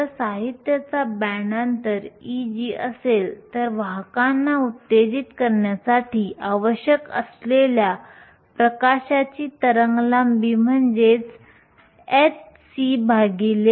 जर साहित्याचा बँड अंतर Eg असेल तर वाहकांना उत्तेजित करण्यासाठी आवश्यक असलेल्या प्रकाशाची तरंगलांबी म्हणजेच hcλ होय